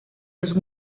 sus